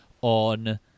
on